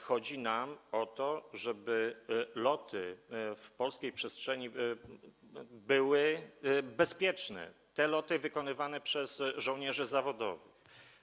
Chodzi nam o to, żeby loty w polskiej przestrzeni były bezpieczne, loty wykonywane przez żołnierzy zawodowych.